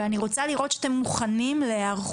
אבל אני רוצה לראות שאתם מוכנים להיערכות